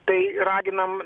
tai raginam